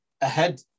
ahead